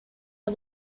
are